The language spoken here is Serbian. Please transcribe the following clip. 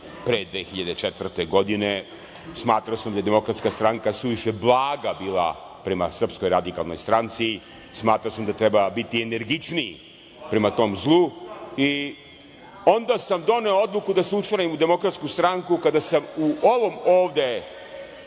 pre 2004. godine zato jer sam smatrao da je Demokratska stranka bila suviše blaga prema Srpskoj radikalnoj stranci, smatrao sam da treba biti energičniji prema tom zlu i onda sam doneo odluku da se učlanim u Demokratsku stranku kada sam u ovom ovde